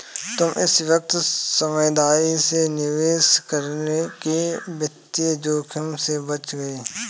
तुम इस वक्त समझदारी से निवेश करके वित्तीय जोखिम से बच गए